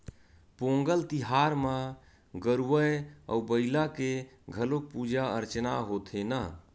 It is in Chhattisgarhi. पोंगल तिहार म गरूवय अउ बईला के घलोक पूजा अरचना होथे न